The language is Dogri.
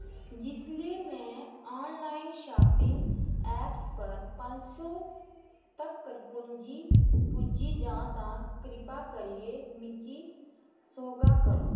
जिसलै में आनलाइन शापिंग ऐप्स पर पंज सौ तक्कर पुंजी पुज्जी जां तां करिपा करियै मिकी सोह्गा करो